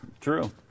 True